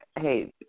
hey